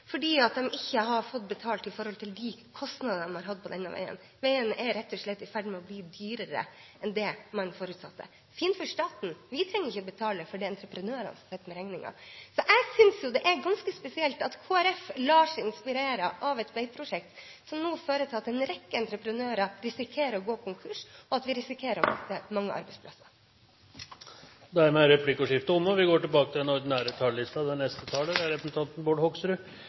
fordi de ikke har fått betalt i forhold til de kostnadene de har hatt på denne veien. Veien er rett og slett i ferd med å bli dyrere enn det man forutsatte. Det er fint for staten, vi trenger ikke å betale, for det er entreprenørene som sitter med regningen. Jeg synes det er ganske spesielt at Kristelig Folkeparti lar seg inspirere av et veiprosjekt som nå fører til at en rekke entreprenører risikerer å gå konkurs, og vi risikerer å miste mange arbeidsplasser. Replikkordskiftet er omme.